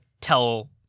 tell